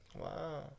Wow